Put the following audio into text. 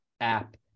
app